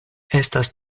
estas